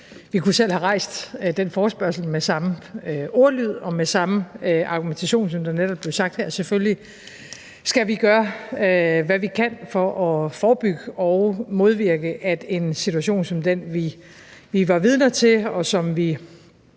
vi kunne selv have rejst den forespørgsel med samme ordlyd og med samme argumentation, som der netop blev brugt her. Selvfølgelig skal vi gøre, hvad vi kan for at forebygge og modvirke, at en situation som den, vi var vidner til, og som vi